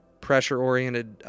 pressure-oriented